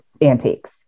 antiques